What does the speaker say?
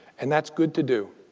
and that's good to do.